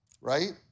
Right